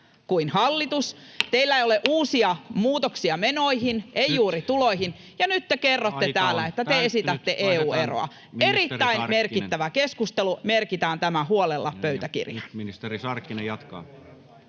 koputtaa] Teillä ei ole uusia muutoksia menoihin, ei juuri tuloihin. Ja nyt te kerrotte täällä, [Puhemies: Nyt aika on täyttynyt!] että te esitätte EU-eroa. Erittäin merkittävä keskustelu, merkitään tämä huolella pöytäkirjaan.